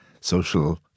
social